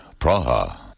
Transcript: Praha